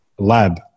lab